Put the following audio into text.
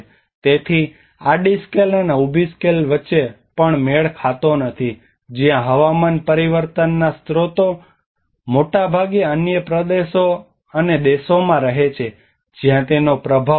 તેથી આડી સ્કેલ અને ઉભી સ્કેલ વચ્ચે પણ મેળ ખાતો નથી જ્યાં હવામાન પરિવર્તનનાં સ્ત્રોત મોટાભાગે અન્ય પ્રદેશો અને દેશોમાં રહે છે જ્યાં તેનો પ્રભાવ પડે છે